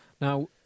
Now